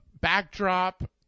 backdrop